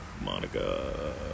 Monica